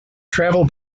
travel